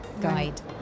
guide